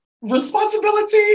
responsibility